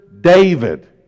David